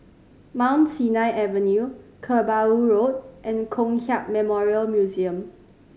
Mount Sinai Avenue Kerbau Road and Kong Hiap Memorial Museum